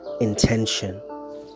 intention